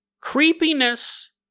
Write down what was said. Creepiness